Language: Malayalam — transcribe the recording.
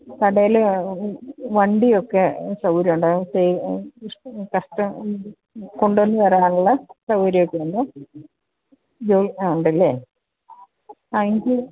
കടയിൽ വണ്ടിയൊക്കെ സൗകര്യമുണ്ടോ ഇഷ്ടി കഷ്ട കൊണ്ടുവന്നു തരാനുള്ള സൗകര്യമൊക്കെ ഉണ്ടോ ബൈ ആ ഉണ്ടല്ലെ ആ എനിക്ക്